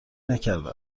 نکرده